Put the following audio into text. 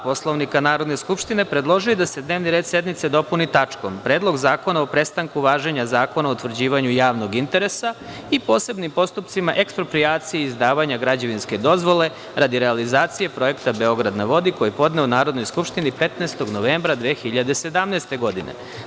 Poslovnika Narodne skupštine, predložio je da se dnevni red sednice dopuni tačkom – Predlog zakona o prestanku važenja Zakona o utvrđivanju javnog interesa i posebnim postupcima eksproprijacije i izdavanja građevinske dozvole radi realizacije projekta „Beograd na vodi“, koji je podneo Narodnoj skupštini 15. novembra 2017. godine.